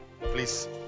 Please